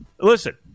Listen